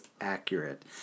accurate